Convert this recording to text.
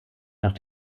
nach